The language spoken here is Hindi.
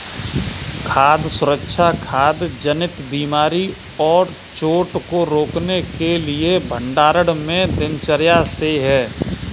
खाद्य सुरक्षा खाद्य जनित बीमारी और चोट को रोकने के भंडारण में दिनचर्या से है